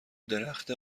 درخت